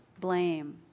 blame